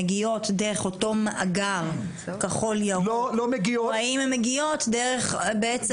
מגיעות דרך אותו מאגר כחול/ירוק או האם הן מגיעות דרך בעצם